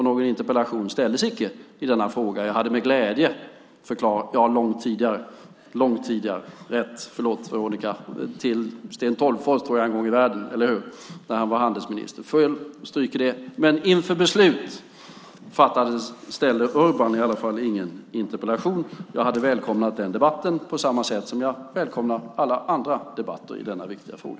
Någon interpellation ställdes icke i denna fråga. Jag hade med glädje förklarat . Ja, långt tidigare, hör jag här från Veronica Palm - det är rätt, så förlåt, Veronica - ställdes en interpellation till Sten Tolgfors en gång i världen då han var handelsminister. Eller hur? Vi stryker det där. Men inför beslutet framställde i alla fall Urban ingen interpellation. Jag hade välkomnat den debatten, på samma sätt som jag välkomnar alla andra debatter i denna viktiga fråga.